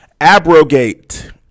abrogate